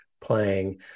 playing